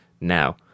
now